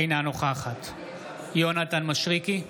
אינה נוכחת יונתן מישרקי,